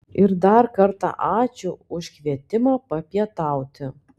ir dar kartą ačiū už kvietimą papietauti